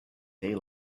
day